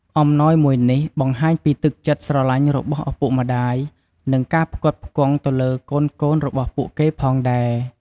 អំណោយមួយនេះបង្ហាញពីទឹកចិត្តស្រឡាញ់របស់ឪពុកម្ដាយ និងការផ្គត់ផ្គង់ទៅលើកូនៗរបស់ពួកគេផងដែរ។